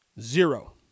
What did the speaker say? Zero